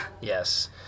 Yes